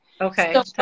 Okay